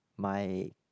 my